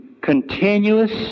continuous